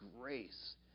grace